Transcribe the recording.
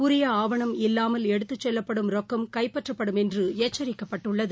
உரியஆவணம் இல்லாமல் எடுத்துச் செல்லப்படும் ரொக்கம் கைப்பற்றப்டும் என்றுஎச்சிக்கப்பட்டுள்ளது